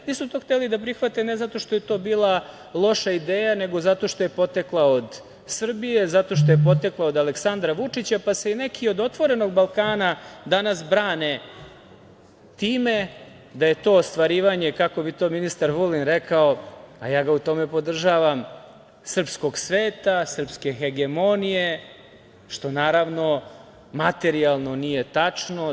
Nisu to hteli da prihvate ne zato što je to bila loša ideja, nego zato što je potekla od Srbije, zato što je potekla od Aleksandra Vučića, pa se i neki od „Otvorenog Balkana“ danas brane time da je to ostvarivanje, kako bi to ministar Vulin rekao, a ja ga u tome podržavam, srpskog sveta, srpske hegemonije, što naravno materijalno nije tačno.